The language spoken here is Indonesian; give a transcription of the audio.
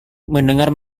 mendengar